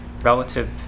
relative